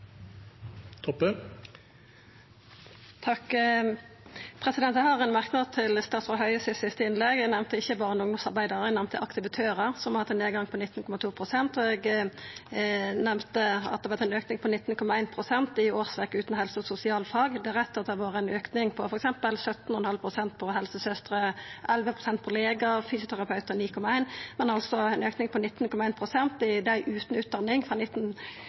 Eg har ein merknad til statsråd Høies siste innlegg. Eg nemnde ikkje barne- og ungdomsarbeidarar. Eg nemnde aktivitørar, som har hatt ein nedgang på 19,2 pst., og eg nemnde at det har vore ein auke på 19,1 pst. i årsverk utan helse- og sosialfag. Det er rett at det har vore ein auke på f.eks. 17,5 pst. for helsesøstrer, 11 pst. for legar og 9,1 pst. for fysioterapeutar. Men det er altså ein auke på 19,1 pst. for dei utan utdanning frå